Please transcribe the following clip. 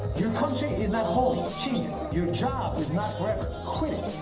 your country is not holy change it! your job is not forever quit!